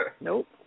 Nope